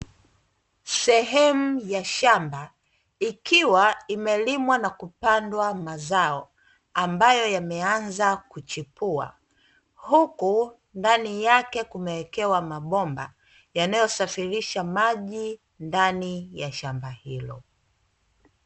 Sehemu ya shamba ikiwa imelimwa na kupandwa mazao , ambayo yameanza kuchipua huku ndani yake kumeekewa mabomba yanayosafirisha maji ndani ya shamba hilo.